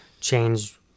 change